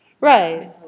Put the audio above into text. Right